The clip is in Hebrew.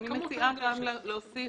אני מציעה גם להוסיף: